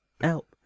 Help